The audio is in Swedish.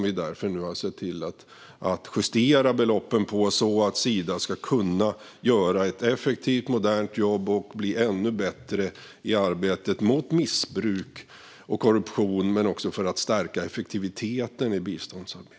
Vi har nu sett till att justera beloppen för att Sida ska kunna göra ett effektivt, modernt jobb och bli ännu bättre i arbetet mot missbruk och korruption men också för att stärka effektiviteten i biståndsarbetet.